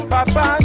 Papa